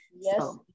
yes